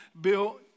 Bill